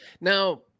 now